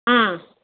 ம்